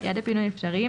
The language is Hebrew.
יעדי פינוי אפשריים,